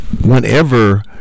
whenever